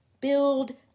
build